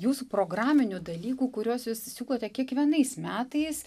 jūsų programinių dalykų kuriuos jūs siūlote kiekvienais metais